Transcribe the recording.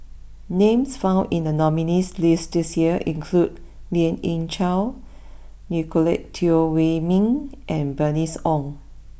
names found in the nominees' list this year include Lien Ying Chow Nicolette Teo Wei Min and Bernice Ong